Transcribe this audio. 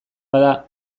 bada